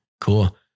cool